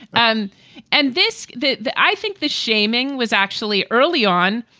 and and this the the i think the shaming was actually early on.